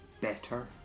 better